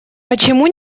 почему